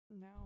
No